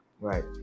Right